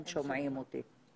הם שומעים אותנו.